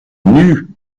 nue